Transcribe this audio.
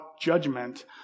judgment